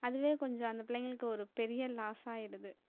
அதுவே கொஞ்சம் அந்த பிள்ளைங்களுக்கு ஒரு பெரிய லாஸ் ஆயிடுது